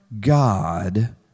God